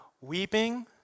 weeping